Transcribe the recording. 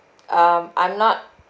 um I'm not